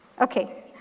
Okay